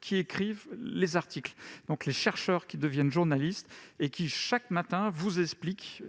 qui écrivent les articles, donc des chercheurs qui deviennent journalistes et qui, chaque matin, vous expliquent